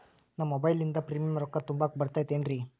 ನಾನು ಮೊಬೈಲಿನಿಂದ್ ಪ್ರೇಮಿಯಂ ರೊಕ್ಕಾ ತುಂಬಾಕ್ ಬರತೈತೇನ್ರೇ?